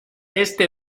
este